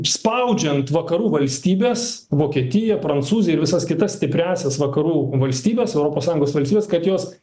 spaudžiant vakarų valstybes vokietiją prancūziją ir visas kitas stipriąsias vakarų valstybes europos sąjungos valstybes kad jos